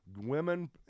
women